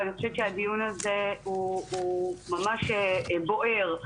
ואני חושבת שהדיון הזה הוא ממש בוער,